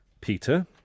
Peter